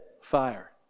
fire